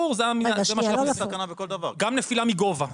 גם נפילה מגובה.